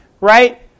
right